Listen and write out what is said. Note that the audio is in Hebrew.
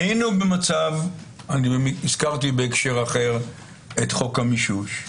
היינו במצב, אני הזכרתי בהקשר אחר את חוק המישוש.